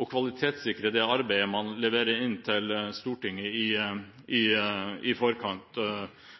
å kvalitetssikre det arbeidet man leverer inn til Stortinget i forkant, og gjerne kjøpe de tjenestene som er nødvendige, om man ikke innehar dem, eller sende inn forslaget i